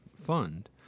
fund